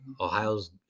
Ohio's